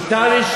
מותר לי,